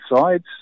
sides